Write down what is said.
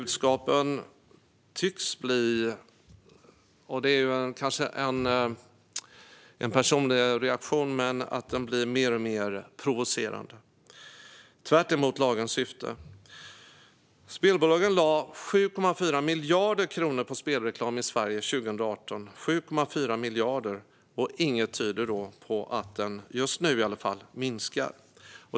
Det kanske är en personlig reaktion, men budskapen tycks bli mer och mer provocerande, tvärtemot lagens syfte. Spelbolagen lade 7,4 miljarder kronor på spelreklam i Sverige 2018, och inget tyder, i alla fall just nu, på att detta minskar.